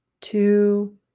two